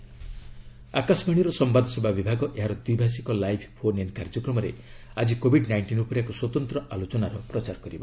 ମଷ୍ଟ announcement ଆକାଶବାଣୀର ସମ୍ଘାଦସେବା ବିଭାଗ ଏହାର ଦ୍ୱିଭାଷିକ ଲାଇଭ୍ ଫୋନ୍ ଇନ୍ କାର୍ଯ୍ୟକ୍ରମରେ ଆଜି କୋବିଡ୍ ନାଇଷ୍ଟିନ୍ ଉପରେ ଏକ ସ୍ୱତନ୍ତ୍ର ଆଲୋଚନାର ପ୍ରଚାର କରିବ